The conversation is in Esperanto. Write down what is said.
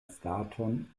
staton